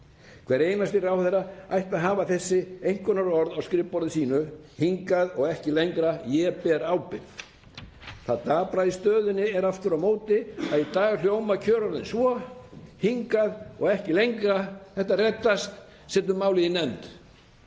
Hver einasti ráðherra ætti að hafa þessi einkunnarorð á skrifborði sínu: Hingað og ekki lengra. Ég ber ábyrgð. Það dapra í stöðunni er aftur á móti að í dag hljóma kjörorðin svo: Hingað og ekki lengra. Þetta reddast. Setjum málið í nefnd.